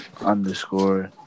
underscore